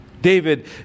David